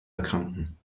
erkranken